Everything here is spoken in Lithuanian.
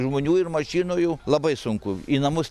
žmonių ir mašinų jau labai sunku į namus